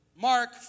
Mark